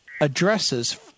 addresses